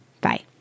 Bye